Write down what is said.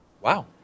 wow